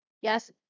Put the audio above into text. yes